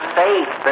faith